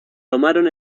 tomaron